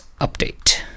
update